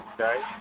Okay